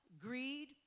greed